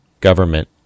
government